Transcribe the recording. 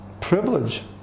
privilege